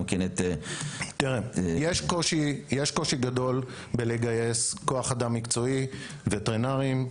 יש קושי גדול לגייס כוח אדם מקצועי וטרינרים.